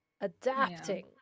adapting